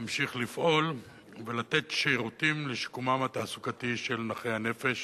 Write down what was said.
להמשיך לפעול ולתת שירותים לשיקומם התעסוקתי של נכי הנפש